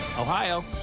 Ohio